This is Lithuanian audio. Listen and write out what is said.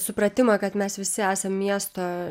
supratimą kad mes visi esam miesto